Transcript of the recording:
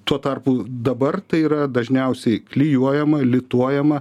tuo tarpu dabar tai yra dažniausiai klijuojama lituojama